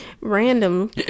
random